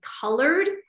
colored